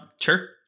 Sure